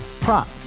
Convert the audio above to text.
prop